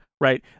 right